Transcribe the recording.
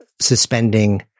suspending